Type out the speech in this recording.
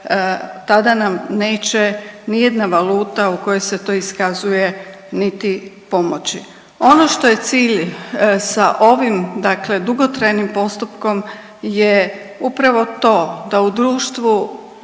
tada nam neće ni jedna valuta u kojoj se to iskazuje niti pomoći. Ono što je cilj sa ovim, dakle dugotrajnim postupkom je upravo to da u društvu